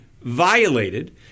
violated